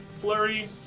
flurry